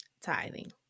tithing